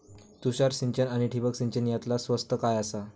तुषार सिंचन आनी ठिबक सिंचन यातला स्वस्त काय आसा?